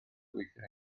gweithio